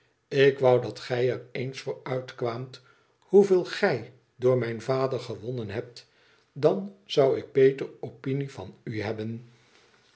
ik wou dat gij er eens voor uitkwaamt hoeveel gij door mijn vader gewonnen hebt ihm zou ik beter opinie van u hebben